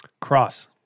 Cross